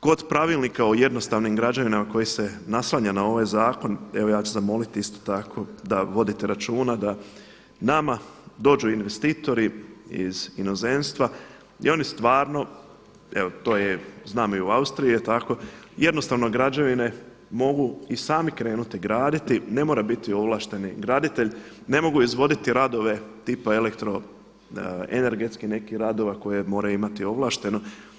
Kod Pravilnika o jednostavnim građevinama koje se naslanja na ovaj zakon, evo ja ću zamoliti isto tako da vodite računa, da nama dođu investitori iz inozemstva i oni stvarno, evo to je, znamo i u Austriji je tako, jednostavno građevine mogu i sami krenuti graditi, ne mora biti ovlašteni graditelj, ne mogu izvoditi radove tipa elektro energetskih nekih radova koje moraju imati ovlašteno.